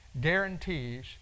guarantees